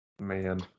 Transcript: man